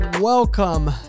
Welcome